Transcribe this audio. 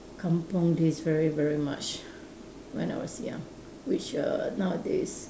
kampung days very very much when I was young which err nowadays